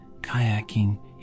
kayaking